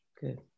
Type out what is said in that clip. Good